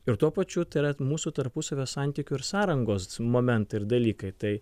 ir tuo pačiu tai yra mūsų tarpusavio santykių ir sąrangos momentai ir dalykai tai